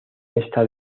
esta